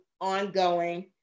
ongoing